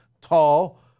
tall